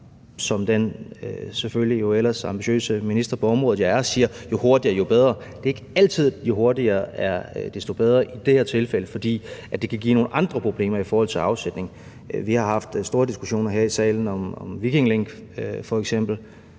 som den selvfølgelig jo ellers ambitiøse minister på området, jeg er, siger: Jo hurtigere, jo bedre. Det er ikke altid, at hurtigere er bedre – i det her tilfælde, fordi det kan give nogle andre problemer i forhold til afsætning. Vi har haft store diskussioner her i salen om f.eks.